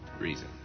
reason